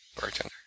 bartender